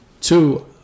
Two